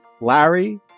Larry